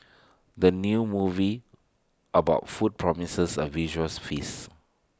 the new movie about food promises A visual feast